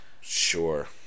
sure